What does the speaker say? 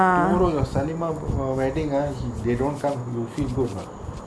tomorrow your salima err wedding ah he they don't come you feel good not